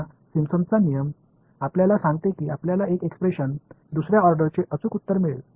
ஆனால் இந்த சிம்ப்சனின்Simpson's விதி உங்களுக்கு ஒரு வெளிப்பாட்டை அளிக்கிறது இது இரண்டாவது வரிசையை ஆர்டர் செய்ய துல்லியமானது